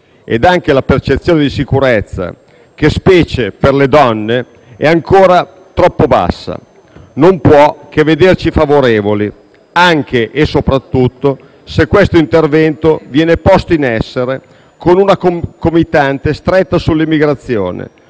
e anche la percezione di sicurezza (che, specie per le donne, è ancora troppo bassa) non può che vederci favorevoli, anche e soprattutto se quest'intervento viene posto in essere con una concomitante stretta sull'immigrazione,